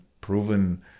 proven